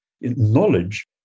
knowledge